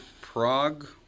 Prague